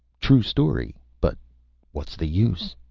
true story, but what's the use?